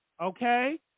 okay